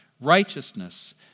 righteousness